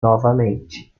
novamente